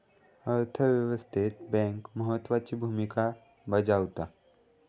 अर्थ व्यवस्थेत बँक महत्त्वाची भूमिका बजावता